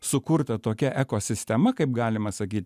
sukurta tokia ekosistema kaip galima sakyt